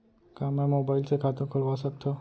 का मैं मोबाइल से खाता खोलवा सकथव?